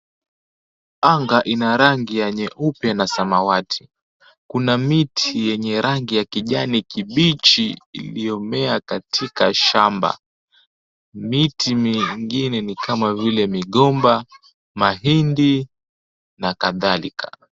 Anga ina rangi ya nyeupe na samawati. Kuna miti yenye rangi ya kijani kibichi iliyomea katika shamba. Miti mingine ni kama vile migomba mahindi na kadhalika.